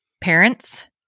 parents